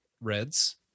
reds